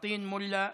פטין מולא,